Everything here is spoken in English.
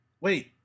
wait